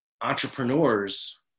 entrepreneurs